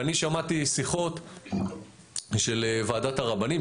אני שמעתי שיחות של ועדת הרבנים,